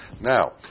Now